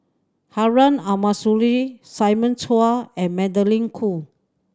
Harun Aminurrashid Simon Chua and Magdalene Khoo